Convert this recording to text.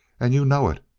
and you know it.